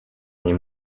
nie